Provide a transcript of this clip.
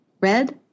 red